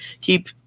keep